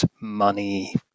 money